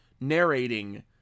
narrating